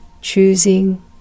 choosing